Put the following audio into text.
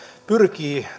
pyrkii